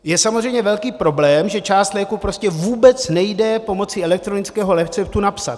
Je samozřejmě velký problém, že část léků prostě vůbec nejde pomocí elektronického receptu napsat.